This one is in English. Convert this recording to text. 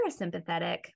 parasympathetic